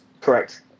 correct